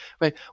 right